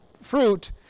fruit